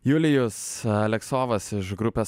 julijos aleksovas iš grupės